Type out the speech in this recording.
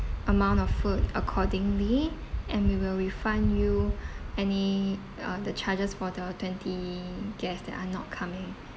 amount of food accordingly and we will refund you any uh the charges for the twenty guests that are not coming